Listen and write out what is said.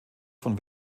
von